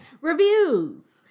Reviews